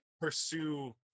pursue